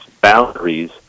boundaries